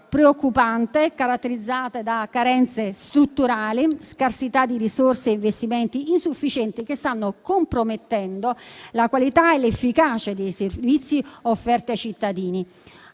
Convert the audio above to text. preoccupante, caratterizzato da carenze strutturali, scarsità di risorse e investimenti insufficienti che stanno compromettendo la qualità e l'efficacia dei servizi offerti ai cittadini.